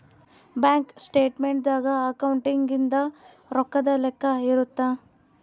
bank statement ದಾಗ ಅಕೌಂಟ್ನಾಗಿಂದು ರೊಕ್ಕದ್ ಲೆಕ್ಕ ಇರುತ್ತ